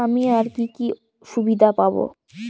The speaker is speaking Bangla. আমি আর কি কি সুবিধা পাব?